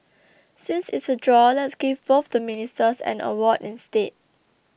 since it's a draw let's give both the Ministers an award instead